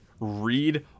read